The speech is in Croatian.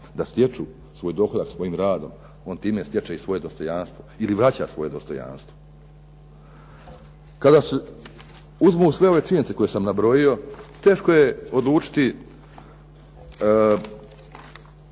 da stječu svoj dohodak svojim radom. On time stječe svoje dostojanstvo ili vraća svoje dostojanstvo. Kada se uzmu sve ove činjenice koje sam nabrojio, teško je odlučiti